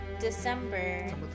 December